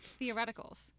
theoreticals